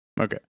Okay